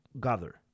gather